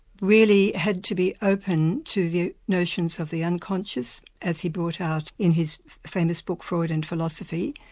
really had to be open to the notions of the unconscious as he brought out in his famous book freud and philosophy,